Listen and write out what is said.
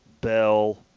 Bell –